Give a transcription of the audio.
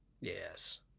Yes